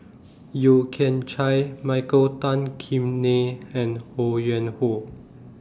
Yeo Kian Chai Michael Tan Kim Nei and Ho Yuen Hoe